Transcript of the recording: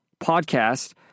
podcast